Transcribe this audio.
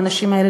האנשים האלה,